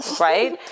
right